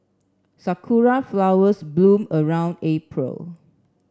sakura flowers bloom around April